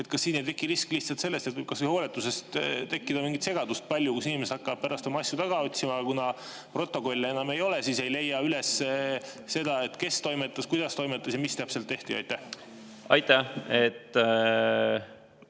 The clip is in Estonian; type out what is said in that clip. Kas siin ei teki risk lihtsalt sellest, et võib kas või hooletusest tekkida mingi segadus? Inimene hakkab pärast oma asju taga otsima, aga kuna protokolle enam ei ole, siis ei leia üles seda, kes toimetas, kuidas toimetas ja mis täpselt tehti. Aitäh,